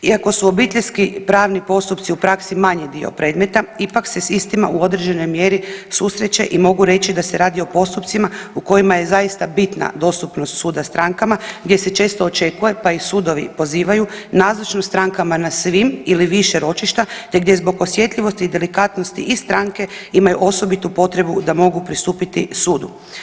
Iako su obiteljski pravni poslovi u praksi manji dio predmeta ipak se s istima u određenoj mjeri susreće i mogu reći da se radi o postupcima u kojima je zaista bitna dostupnost suda strankama gdje se često očekuje, pa i sudovi pozivaju nazočnost strankama na svim ili više ročišta te gdje zbog osjetljivosti i delikatnosti i stranke imaju osobitu potrebu da mogu pristupiti sudu.